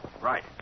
Right